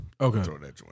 Okay